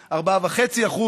ב-4.5%,